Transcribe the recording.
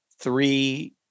three